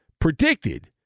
predicted